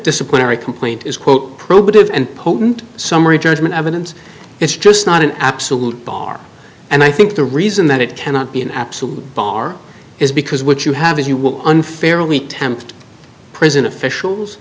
disciplinary complaint is quote probative and potent summary judgment evidence it's just not an absolute bar and i think the reason that it cannot be an absolute bar is because what you have is you will unfairly tempt prison officials